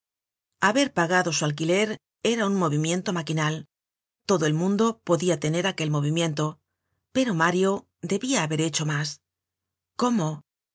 haber pagado su alquiler era un movimiento maquinal todo el mundo podia tener aquel movimiento pero mario debia haber hecho mas cómo